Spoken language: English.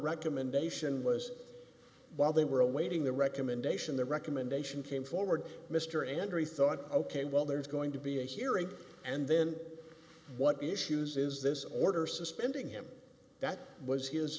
recommendation was while they were awaiting the recommendation the recommendation came forward mr andrey thought ok well there's going to be a hearing and then what issues is this order suspending him that was his